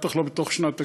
בטח לא בתוך שנת תקציב,